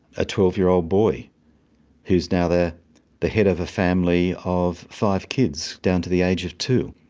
a twelve year old boy who's now the the head of a family of five kids down to the age of two.